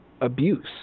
abuse